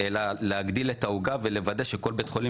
אלא להגדיל את העוגה ולוודא שכל בית חולים